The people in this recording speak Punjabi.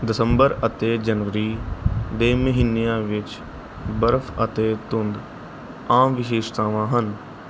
ਦਸੰਬਰ ਅਤੇ ਜਨਵਰੀ ਦੇ ਮਹੀਨਿਆਂ ਵਿੱਚ ਬਰਫ਼ ਅਤੇ ਧੁੰਦ ਆਮ ਵਿਸ਼ੇਸ਼ਤਾਵਾਂ ਹਨ